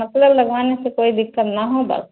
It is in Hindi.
मतलब लगवाने से कोई दिक्कत ना हो बस